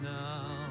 now